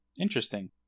Interesting